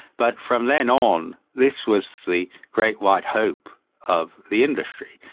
but from then on this was the great white hope of the industry.